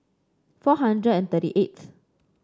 four hundred and thirty eighth